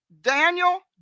Daniel